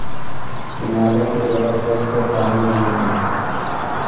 हिमालय के बरफ गल क पानी बनेला